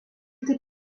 taip